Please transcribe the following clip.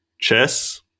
chess